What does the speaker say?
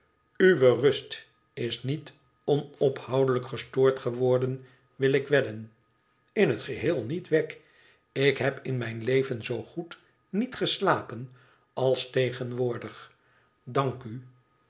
uwe rust is niet onophoudelijk gestoord geworden wil ik wedden tin het geheel niet wegg ik heb in mijn leven zoo goed niet geslapen als tegenwoordig dank u